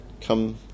come